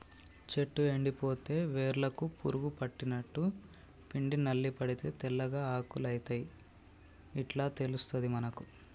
చెట్టు ఎండిపోతే వేర్లకు పురుగు పట్టినట్టు, పిండి నల్లి పడితే తెల్లగా ఆకులు అయితయ్ ఇట్లా తెలుస్తది మనకు